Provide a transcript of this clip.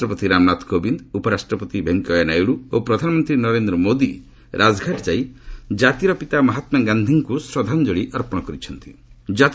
ରାଷ୍ଟ୍ରପତି ରାମନାଥ କୋବିନ୍ଦ ଉପରାଷ୍ଟ୍ରପତି ଭେଙ୍କିୟା ନାଇଡ଼ୁ ଓ ପ୍ରଧାନମନ୍ତ୍ରୀ ନରେନ୍ଦ୍ର ମୋଦି ରାଜଘାଟ ଯାଇ ଜାତିର ପିତା ମହାତ୍ମା ଗାନ୍ଧିଙ୍କୁ ଶ୍ରଦ୍ଧାଞ୍ଜଳୀ ଅର୍ପଣ କରିଛନ୍ତି